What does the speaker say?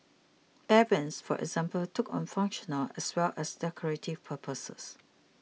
Air Vents for example took on functional as well as decorative purposes